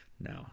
no